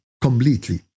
completely